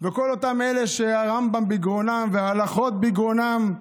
וכל אותם אלה שהרמב"ם בגרונם והלכות בגרונם,